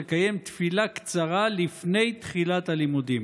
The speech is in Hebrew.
לקיים תפילה קצרה לפני תחילת הלימודים.